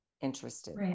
interested